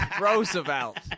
Roosevelt